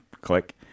click